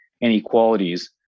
inequalities